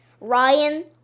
Ryan